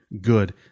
good